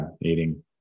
eating